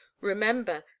remember